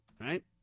right